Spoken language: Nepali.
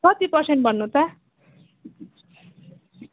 कति पर्सेन्ट भन्नु त